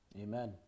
Amen